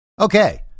Okay